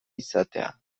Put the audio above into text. izatea